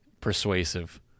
persuasive